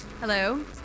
hello